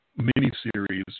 miniseries